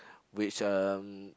which um